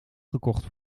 gekocht